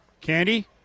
candy